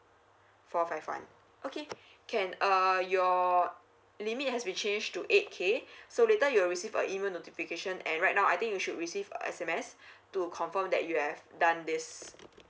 four five one okay can uh your limit has be changed to eight K so later you will receive a email notification and right now I think you should receive a S_M_S to confirm that you have done this